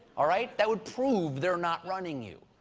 all right, that would prove they're not running you.